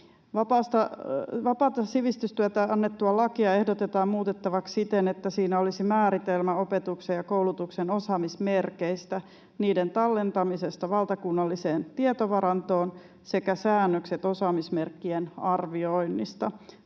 Vapaasta sivistystyöstä annettua lakia ehdotetaan muutettavaksi siten, että siinä olisi määritelmä opetuksen ja koulutuksen osaamismerkeistä ja niiden tallentamisesta valtakunnalliseen tietovarantoon sekä säännökset osaamismerkkien arvioinnista.